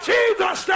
Jesus